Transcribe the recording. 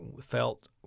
felt